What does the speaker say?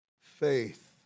Faith